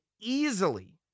easily